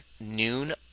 noon